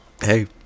Hey